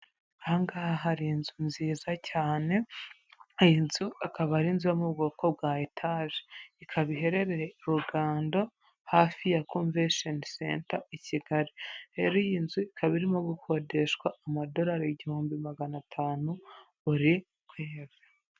Aha ngaha hari inzu nziza cyane, iyi nzu ikaba ari inzu yo mu bwoko bwa etaje, ikaba iherereye Rugando hafi ya Komvesheni senta i Kigali, rero iyi nzu ikaba irimo gukodeshwa amadorari igihumbi magana atanu buri kwezi.